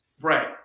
Right